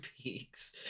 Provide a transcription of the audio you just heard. Peaks